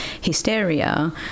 hysteria